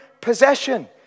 possession